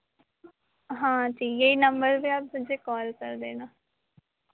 हाँ अच्छा यही नंबर पे आप फिर से कॉल कर देना